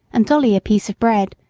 and dolly a piece of bread,